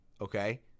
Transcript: Okay